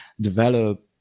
develop